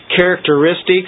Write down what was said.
characteristics